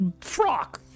frock